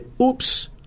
oops